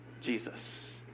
Jesus